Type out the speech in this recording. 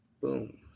Boom